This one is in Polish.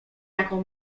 jaką